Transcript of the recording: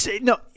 No